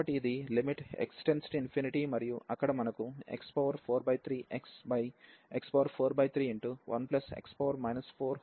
కాబట్టి ఇది limit x→∞ మరియు అక్కడ మనకు x43x x431x 413 ఉంది